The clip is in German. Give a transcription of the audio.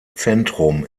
zentrum